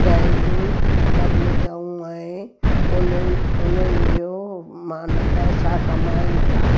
डैरियूं कढियूं अथऊं ऐं उन्हनि उन्हनि जो माना पैसा कमाइनि था